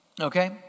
okay